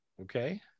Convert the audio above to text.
okay